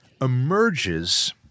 emerges